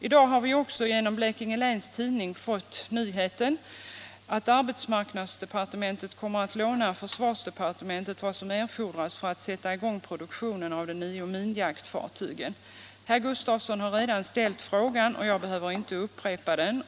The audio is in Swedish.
I dag har vi också i Blekinge Läns Tidning fått läsa nyheten att arbetsmarknadsdepartementet kommer att låna försvarsdepartementet vad som erfordras för att sätta i gång produktionen av de nio minjaktfartygen. Herr Gustafsson i Ronneby frågade om den uppgiften är sann, och jag behöver inte upprepa frågan.